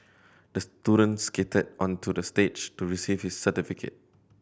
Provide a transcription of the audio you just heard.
the student skated onto the stage to receive his certificate